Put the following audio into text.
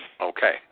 Okay